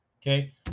Okay